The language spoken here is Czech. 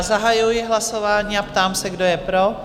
Zahajuji hlasování a ptám se, kdo je pro?